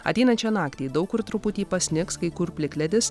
ateinančią naktį daug kur truputį pasnigs kai kur plikledis